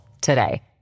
today